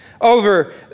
over